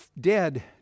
dead